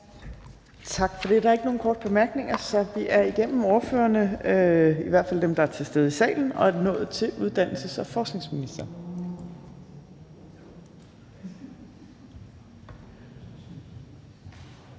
Tak for det. Der er ikke nogen korte bemærkninger. Og så er vi igennem ordførerrækken, i hvert fald de ordførere, der er til stede i salen, og er nået til uddannelses- og forskningsministeren.